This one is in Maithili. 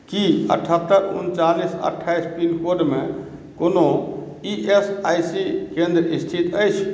की अठहत्तरि उनचालिस अठाइस पिनकोडमे कोनो ई एस आई सी केन्द्र स्थित अछि